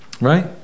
Right